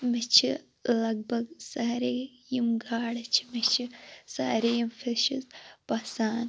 مےٚ چھِ لَگ بَگ سارے یِمہِ گاڈٕ چھِ مےٚ چھِ سارے یِم فِشِز پَسنٛد